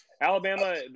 alabama